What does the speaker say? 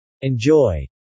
Enjoy